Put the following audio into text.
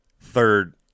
third